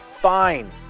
fine